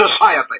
society